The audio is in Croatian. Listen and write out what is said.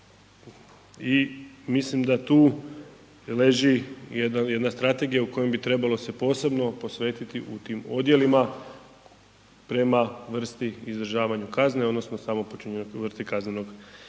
i mislim da tu leži jedna strategija o kojoj bi trebalo se posebno posvetiti u tim odjelima prema vrsti i izdržavanju kazne odnosno o samom počinjenju i vrsti kaznenog, kaznenog